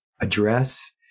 address